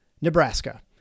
Nebraska